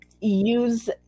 use